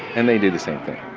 and they do the same thing.